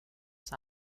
face